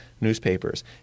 newspapers